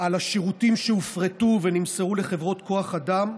על השירותים שהופרטו ונמסרו לחברות כוח אדם.